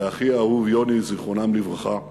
ואחי האהוב יוני, זיכרונם לברכה,